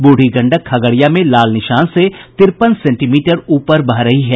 ब्रूढ़ी गंडक खगड़िया में लाल निशान से तिरपन सेंटीमीटर ऊपर बह रही है